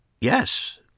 Yes